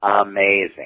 amazing